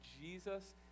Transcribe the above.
Jesus